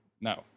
No